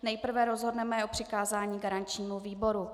Nejprve rozhodneme o přikázání garančnímu výboru.